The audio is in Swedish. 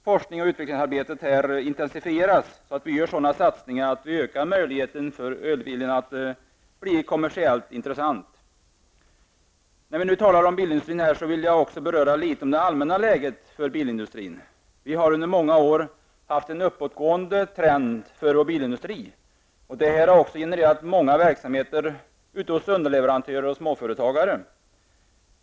Forskningsoch utvecklingsarbetet bör intensifieras så att vi gör sådana satsningar som ökar möjligheten för elbilen att bli kommersiellt intressant. När vi nu talar om bilindustrin, vill jag också något beröra det allmänna läget för denna. Vi har under många år haft en uppåtgående trend för vår bilindustri. Det har också genererat mycken verksamhet hos underleverantörer och småföretagare.